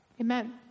Amen